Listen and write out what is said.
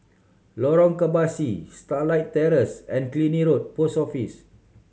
Lorong Kebasi Starlight Terrace and Killiney Road Post Office